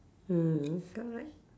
mm correct